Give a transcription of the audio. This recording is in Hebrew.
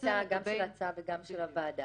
ביחד עם התפיסה גם של ההצעה וגם של הוועדה.